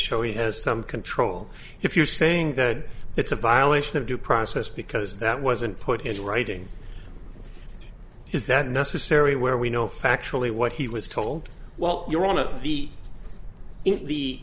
show he has some control if you're saying that it's a violation of due process because that wasn't put in writing is that necessary where we know factually what he was told well you're one of the